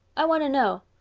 i want to know.